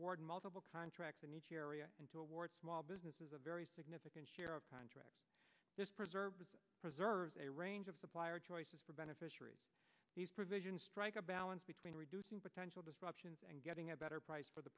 award multiple contracts in each area and to award small businesses a very significant share of this preserve preserves a range of supplier choices for beneficiaries these provisions strike a balance between reducing potential disruptions and getting a better price for the